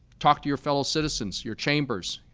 talk to your fellow citizens, your chambers,